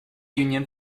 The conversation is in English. union